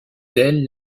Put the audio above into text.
d’ailes